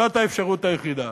זאת האפשרות היחידה.